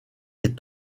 est